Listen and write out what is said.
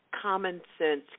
common-sense